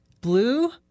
Blue